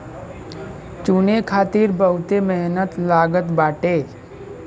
चुने खातिर बहुते मेहनत लागत बाटे